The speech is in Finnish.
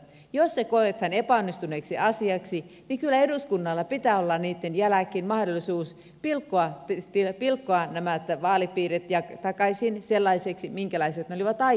jos se koetaan epäonnistuneeksi asiaksi niin kyllä eduskunnalla pitää olla niitten jälkeen mahdollisuus pilkkoa nämä vaalipiirit takaisin sellaisiksi minkälaiset ne olivat aikaisemmin